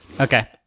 Okay